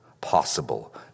possible